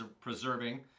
preserving